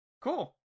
cool